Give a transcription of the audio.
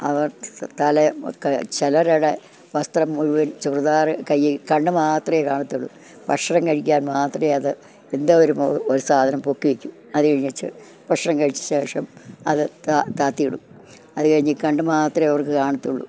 അവർ സെ തലേ ഒക്കെ ചിലരുടെ വസ്ത്രം മുഴുവൻ ചുരിദാർ കയ്യ് കണ്ണ് മാത്രമേ കാണത്തുള്ളു ഭക്ഷണം കഴിക്കാൻ മാത്രമേ അത് എന്താ ഒരു ഒരു സാധനം പൊക്കി വെക്കും അത് കഴിഞ്ഞേച്ച് ഭക്ഷണം കഴിച്ച ശേഷം അത് താ താഴ്ത്തിയിടും അത് കഴിഞ്ഞ് കണ്ണ് മാത്രമേ അവർക്ക് കാണത്തുള്ളൂ